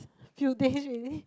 few days already